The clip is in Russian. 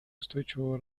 устойчивого